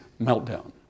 meltdown